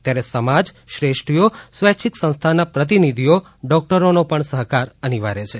ત્યારે સમાજ શ્રેષ્ઠીઓ સ્વૈચ્છિક સંસ્થાના પ્રતિનિધિઓ ડોકટરોનો પણ સહકાર અનીવાર્ય છે